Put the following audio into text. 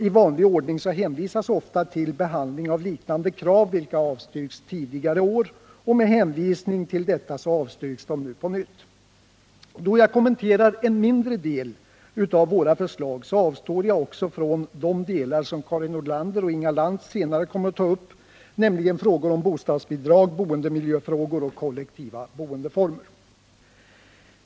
I vanlig ordning hänvisas ofta till behandling av liknande krav vilka avstyrkts tidigare år, och med hänvisning till detta avstyrks de på nytt. Då jag kommenterar en mindre del av våra förslag avstår jag från de delar som Karin Nordlander och Inga Lantz senare kommer att ta upp, nämligen frågor om bostadsbidrag, boendemiljöfrågor och kollektiva boendeformer.